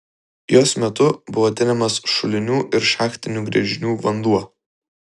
jos metu buvo tiriamas šulinių ir šachtinių gręžinių vanduo